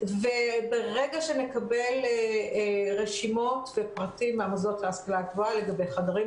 ברגע שנקבל רשימות ופרטים מהמוסדות להשכלה גבוהה לגבי חדרים,